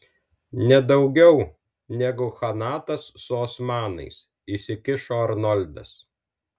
nedaugiau negu chanatas su osmanais įsikišo arnoldas